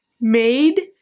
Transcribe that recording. made